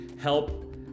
help